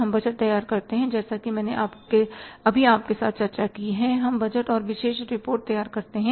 हम बजट तैयार करते हैं जैसा कि मैंने अभी आपके साथ चर्चा की है हम बजट और विशेष रिपोर्ट तैयार करते हैं